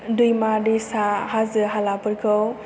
दैमा दैसा हाजो हालाफोरखौ